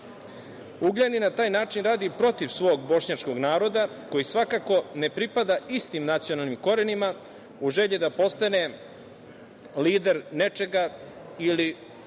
Ugljanin na taj način radi protiv svog bošnjačkog naroda, koji svakako ne pripada istim nacionalnim korenima, u želji da postane lider nečega ili